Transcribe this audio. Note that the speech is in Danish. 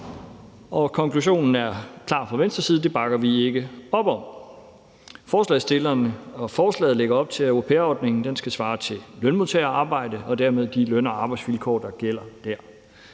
og konklusionen er klar fra Venstres side: Det bakker vi ikke op om. Forslagsstillerne og forslaget lægger op til, at au pair-ordningen skal svare til lønmodtagerarbejde og dermed de løn- og arbejdsvilkår, der gælder der.